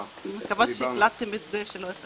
רוצה להגיד שהמצגת לא ארוכה.